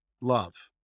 love